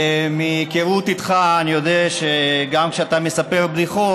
ומהיכרות איתך אני יודע שגם כשאתה מספר בדיחות,